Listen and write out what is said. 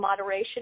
moderation